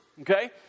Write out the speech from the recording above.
okay